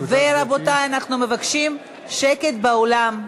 רבותי, אנחנו מבקשים שקט באולם.